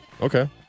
Okay